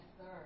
sir